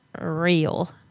real